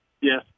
Yes